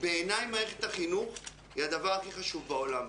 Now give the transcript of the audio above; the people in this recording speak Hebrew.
בעיניי מערכת החינוך היא הדבר הכי חשוב בעולם.